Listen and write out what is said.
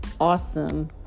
awesome